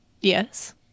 Yes